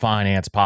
Finance